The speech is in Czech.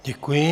Děkuji.